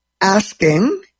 asking